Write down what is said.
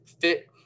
fit